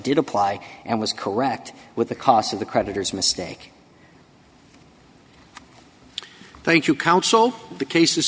did apply and was correct with the cost of the creditors mistake thank you counsel the case